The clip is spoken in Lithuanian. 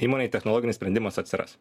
įmonėj technologinis sprendimas atsiras